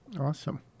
Awesome